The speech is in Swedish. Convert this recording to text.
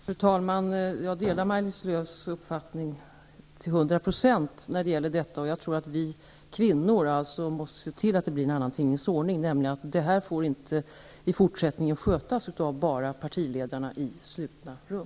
Fru talman! Jag delar Maj-Lis Lööws uppfattning i denna fråga till hundra procent. Jag tror att vi kvinnor måste se till att det blir en annan tingens ordning. Detta får inte i fortsättningen skötas endast av partiledarna i slutna rum.